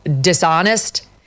dishonest